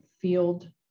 field